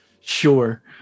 sure